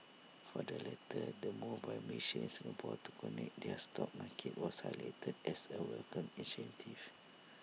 for the latter the move by Malaysia and Singapore to connect their stock markets was highlighted as A welcomed initiative